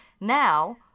Now